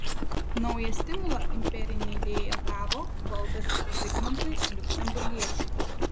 naują stimulą imperinė idėja gavo valdant zigmantui liuksemburgiečiui